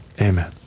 Amen